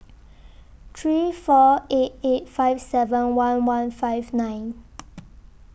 three four eight eight five seven one one five nine